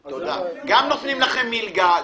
גם נותנים לכם מלגה,